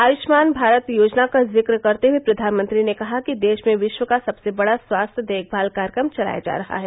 आयुष्मान भारत योजना का जिक्र करते हुए प्रधानमंत्री ने कहा कि देश में विश्व का सबसे बड़ा स्वास्थ्य देखभाल कार्यक्रम चलाया जा रहा है